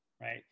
right